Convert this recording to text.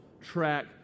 track